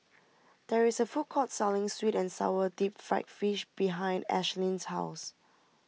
there is a food court selling Sweet and Sour Deep Fried Fish behind Ashlynn's house